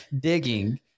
digging